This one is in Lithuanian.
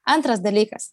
antras dalykas